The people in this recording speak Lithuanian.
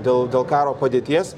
dėl dėl karo padėties